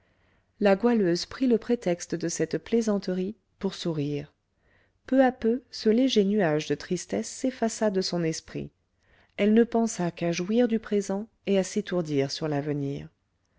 la goualeuse prit le prétexte de cette plaisanterie pour sourire peu à peu ce léger nuage de tristesse s'effaça de son esprit elle ne pensa qu'à jouir du présent et à s'étourdir sur l'avenir